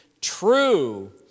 true